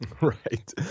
Right